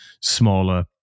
smaller